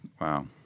Wow